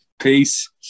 Peace